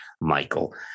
Michael